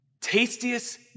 Tastiest